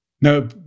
No